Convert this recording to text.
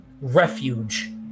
refuge